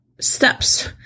steps